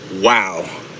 Wow